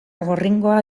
gorringoa